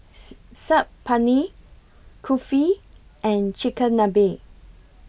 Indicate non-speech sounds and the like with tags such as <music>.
<noise> Saag Paneer Kulfi and Chigenabe